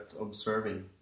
observing